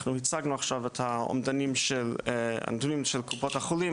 אנחנו הצגנו עכשיו את הנתונים שלקופות החולים,